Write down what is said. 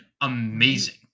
amazing